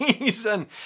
reason